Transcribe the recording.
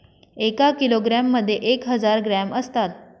एका किलोग्रॅम मध्ये एक हजार ग्रॅम असतात